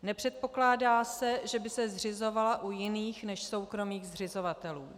Nepředpokládá se, že by se zřizovala u jiných než soukromých zřizovatelů.